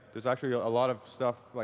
there's actually a lot of stuff, like